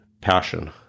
passion